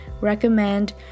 recommend